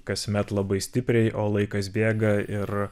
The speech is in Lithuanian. kasmet labai stipriai o laikas bėga ir